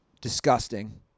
disgusting